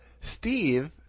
Steve